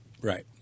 Right